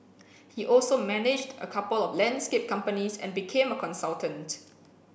he also managed a couple of landscape companies and became a consultant